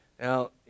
Now